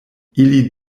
ili